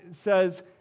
says